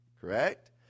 Correct